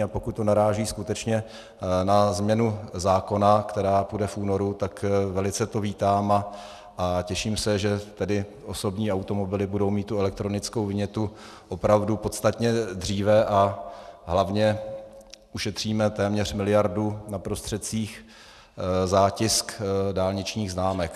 A pokud to naráží skutečné na změnu zákona, která bude v únoru, tak to velice vítám a těším se, že osobní automobily budou mít tedy tu elektronickou vinětu opravdu podstatně dříve a hlavně ušetříme téměř miliardu na prostředcích za tisk dálničních známek.